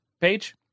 page